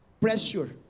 pressure